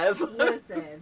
Listen